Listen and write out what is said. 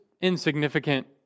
insignificant